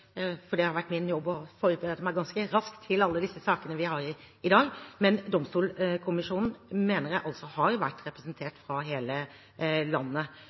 for det har vært min jobb å forberede meg ganske raskt til alle disse sakene vi har i dag – at Domstolkommisjonen har vært representert fra hele landet,